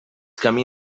camí